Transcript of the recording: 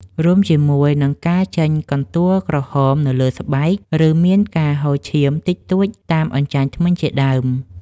រួមជាមួយនឹងការចេញកន្ទួលក្រហមនៅលើស្បែក ឬមានការហូរឈាមតិចតួចតាមអញ្ចាញធ្មេញជាដើម។